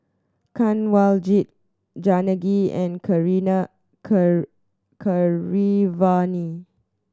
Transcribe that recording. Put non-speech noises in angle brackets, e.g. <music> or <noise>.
Kanwaljit Janaki and <unintelligible> Keeravani